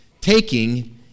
Taking